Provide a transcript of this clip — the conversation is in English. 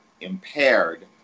impaired